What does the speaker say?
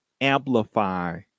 amplify